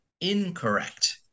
incorrect